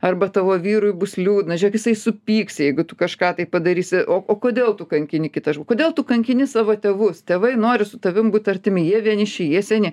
arba tavo vyrui bus liūdna žiūrėk jisai supyks jeigu tu kažką tai padarysi o o kodėl tu kankini kitą kodėl tu kankini savo tėvus tėvai nori su tavim būt artimi jie vieniši jie seni